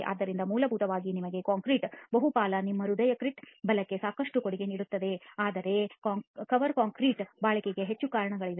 ಆದ್ದರಿಂದ ಮೂಲಭೂತವಾಗಿ ನಿಮ್ಮ ಕಾಂಕ್ರೀಟ್ನ ಬಹುಪಾಲು ನಿಮ್ಮ ಹೃದಯ ಕ್ರೀಟ್ ಬಲಕ್ಕೆ ಸಾಕಷ್ಟು ಕೊಡುಗೆ ನೀಡುತ್ತಿದೆ ಆದರೆ ಕವರ್ ಕ್ರೀಟ್ ಕಾಂಕ್ರೀಟ್ನ ಬಾಳಿಕೆಗೆ ಹೆಚ್ಚು ಕಾರಣವಾಗಿದೆ